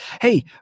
hey